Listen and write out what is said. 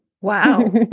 wow